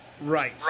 Right